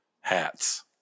hats